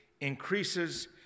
increases